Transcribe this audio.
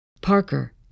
Parker